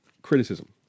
Criticism